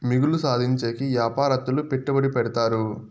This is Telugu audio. మిగులు సాధించేకి యాపారత్తులు పెట్టుబడి పెడతారు